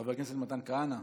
חבר הכנסת מתן כהנא,